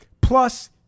plus